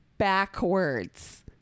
backwards